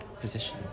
position